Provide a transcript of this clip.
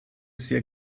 sehr